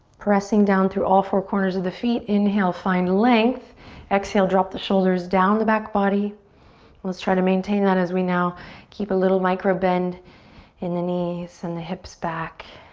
pressing down through all four corners of the feet inhale find length exhale drop the shoulders down the back body let's try to maintain that as we now keep a little micro bend in the knees and the hips back